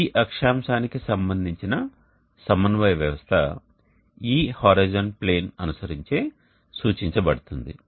ఈ అక్షాంశానికి సంబంధించిన సమన్వయ వ్యవస్థ ఈ హోరిజోన్ ప్లేన్ అనుసరించే సూచించబడుతుంది